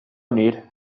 need